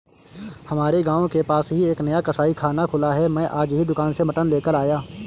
हमारे गांव के पास ही एक नया कसाईखाना खुला है मैं आज ही दुकान से मटन लेकर आया